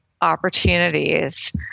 opportunities